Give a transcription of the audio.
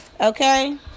Okay